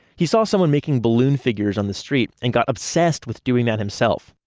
he saw someone making balloon figures on the street, and got obsessed with doing that himself.